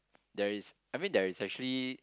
there is I mean there is actually